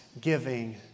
giving